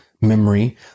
memory